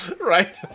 Right